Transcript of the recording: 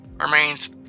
remains